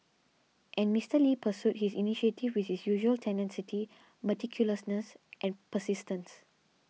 and Mister Lee pursued this initiative with his usual tenacity meticulousness and persistence